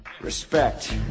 Respect